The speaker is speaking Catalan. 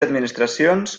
administracions